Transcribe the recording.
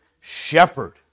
shepherd